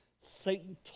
Satan